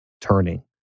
turning